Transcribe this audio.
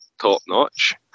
top-notch